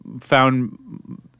found